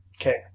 Okay